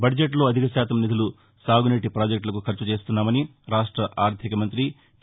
బద్జెట్లో అధిక శాతం నిధులు సాగునీటి ప్రాజెక్టులకు ఖర్చు చేస్తున్నామని రాష్ట ఆర్థిక మంత్రి టి